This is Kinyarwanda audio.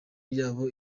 yabo